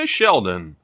Sheldon